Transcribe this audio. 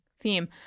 theme